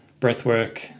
breathwork